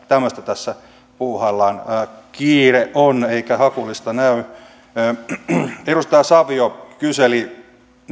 tämmöistä tässä puuhaillaan kiire on eikä hakulista näy edustaja savio kyseli